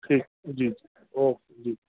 ठीकु जी ओके जी